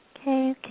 okay